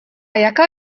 jaká